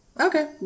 okay